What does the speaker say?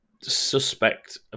suspect